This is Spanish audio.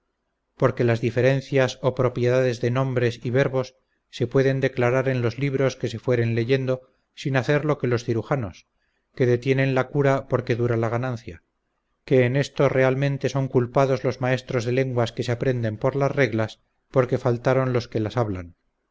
porque las diferencias o propiedades de nombres y verbos se pueden declarar en los libros que se fueren leyendo sin hacer lo que los cirujanos que detienen la cura porque dura la ganancia que en esto realmente son culpados los maestros de lenguas que se aprenden por las reglas porque faltaron los que las hablan